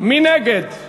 מי נגד?